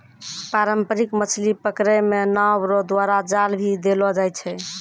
पारंपरिक मछली पकड़ै मे नांव रो द्वारा जाल भी देलो जाय छै